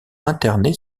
interné